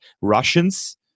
Russians